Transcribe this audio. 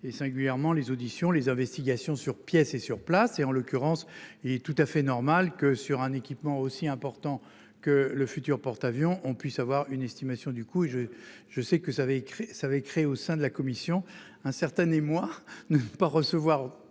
et singulièrement les Hauts-de-Seine. Selon les investigations sur pièces et sur place et en l'occurrence et tout à fait normal que sur un équipement aussi important que le futur porte-avions on puisse avoir une estimation du coup j'ai je sais que ça avait écrit ça avait créé au sein de la commission un certain émoi, ne pas recevoir